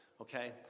Okay